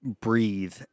breathe